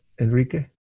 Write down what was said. enrique